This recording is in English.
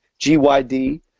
GYD